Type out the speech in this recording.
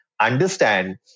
understand